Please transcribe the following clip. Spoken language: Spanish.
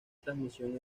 transmisión